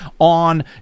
on